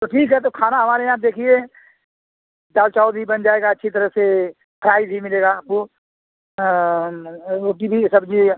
तो ठीक है तो खाना हमारे यहाँ देखिए दाल चावल भी बन जाएगा अच्छी तरह से फ्राई भी मिलेगा आपको रोटी भी सब्जी